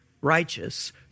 righteous